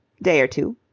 day or two.